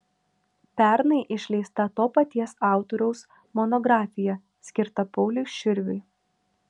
pernai išleista to paties autoriaus monografija skirta pauliui širviui